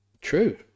True